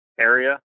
area